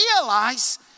realize